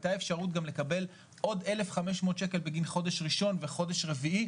הייתה אפשרות גם לקבל עוד 1,500 שקל בגין חודש ראשון וחודש רביעי,